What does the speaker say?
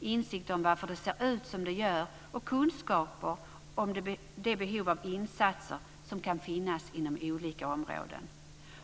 insikt om varför det ser ut som det gör och kunskaper om det behov av insatser som kan finnas inom olika områden.